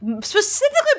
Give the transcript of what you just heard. specifically